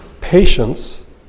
patience